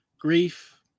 Grief